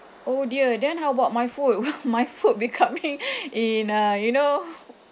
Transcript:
oh dear then how about my food my food be coming in uh you know